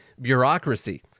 bureaucracy